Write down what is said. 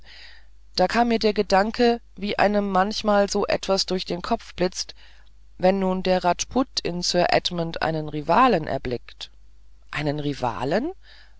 da kam mir der gedanke wie einem manchmal so etwas durch den kopf blitzt wenn nun der rajput in sir edmund einen rivalen erblickt einen rivalen